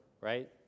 right